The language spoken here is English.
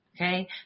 okay